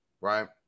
right